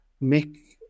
make